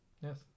Yes